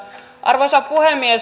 arvoisa puhemies